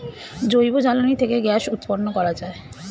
জৈব জ্বালানি থেকে গ্যাস উৎপন্ন করা যায়